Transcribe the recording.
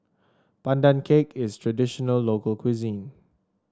Pandan Cake is traditional local cuisine